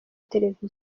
televiziyo